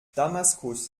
damaskus